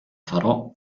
farò